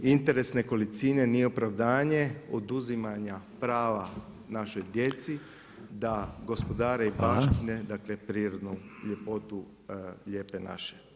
Interes nekolicine nije opravdanje oduzimanja prava našoj djeci da gospodare i [[Upadica Reiner: Hvala.]] baštine dakle prirodnu ljepotu Lijepe naše.